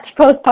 postpartum